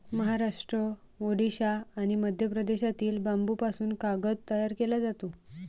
महाराष्ट्र, ओडिशा आणि मध्य प्रदेशातील बांबूपासून कागद तयार केला जातो